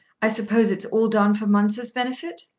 i suppose it's all done for mounser's benefit?